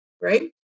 right